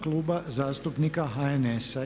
Kluba zastupnika HNS-a.